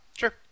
Sure